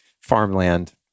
farmland